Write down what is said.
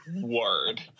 word